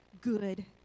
good